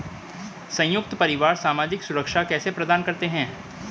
संयुक्त परिवार सामाजिक सुरक्षा कैसे प्रदान करते हैं?